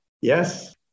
Yes